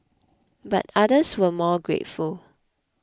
but others were more grateful